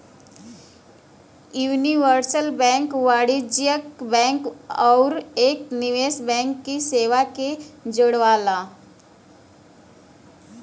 universal bank वाणिज्यिक bank आउर एक निवेश बैंक की सेवा के जोड़ला